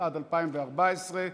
התשע"ד 2014,